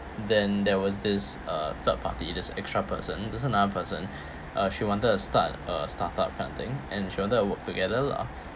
then there was this uh third party this extra person it was another person uh she wanted to start a startup funding and she wanted to work together lah